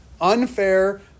unfair